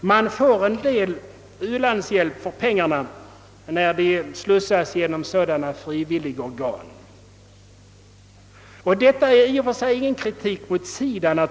Man får en del u-landshjälp för pengarna när de slussas genom sådana frivilliga organ. Detta är i och för sig ingen kritik mot SIDA.